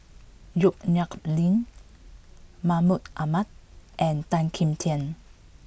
Yong Nyuk Lin Mahmud Ahmad and Tan Kim Tian